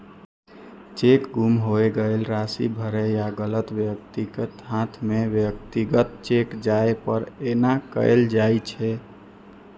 cheque गुम होय, गलत राशि भरै या गलत व्यक्तिक हाथे मे व्यक्तिगत चेक जाय पर एना कैल जाइ छै